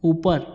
ऊपर